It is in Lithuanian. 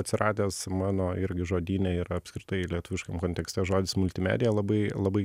atsiradęs mano irgi žodyne ir apskritai lietuviškam kontekste žodis multimedija labai labai